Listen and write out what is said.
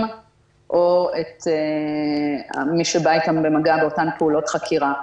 או את מי שבא איתם במגע באותן פעולות החקירה.